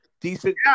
decent